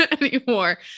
anymore